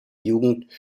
jugend